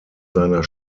seiner